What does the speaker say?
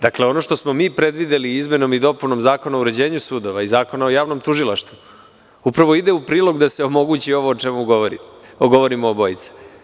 Dakle, ono što smo mi predvideli izmenom i dopunom Zakona o uređenju sudova i Zakona o javnom tužilaštvu upravo ide u prilog da se omogući ovo o čemu govorimo obojica.